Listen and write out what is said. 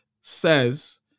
says